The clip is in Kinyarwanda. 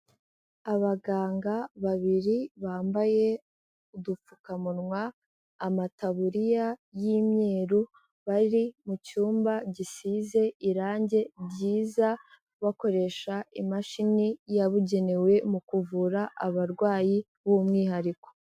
Abaganga babiri bambaye udupfukamunwa, amataburiya y'imyeru, bari mu cyumba gisize irange ryiza, bakoresha imashini yabugenewe mu kuvura abarwayi b'umwihariko.